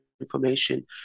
information